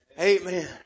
amen